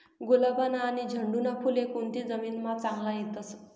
गुलाबना आनी झेंडूना फुले कोनती जमीनमा चांगला येतस?